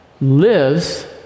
lives